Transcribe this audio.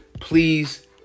Please